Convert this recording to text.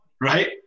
right